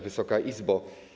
Wysoka Izbo!